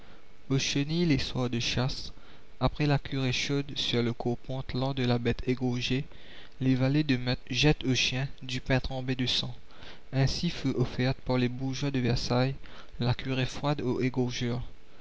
au chenil les soirs de chasse après la curée chaude sur le corps pantelant de la bête égorgée les valets de meutes jettent aux chiens du pain trempé de sang ainsi fut offerte par les bourgeois de versailles la curée froide aux égorgeurs